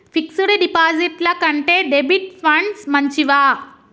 Fix డ్ డిపాజిట్ల కంటే డెబిట్ ఫండ్స్ మంచివా?